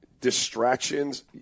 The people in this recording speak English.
Distractions